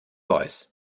voice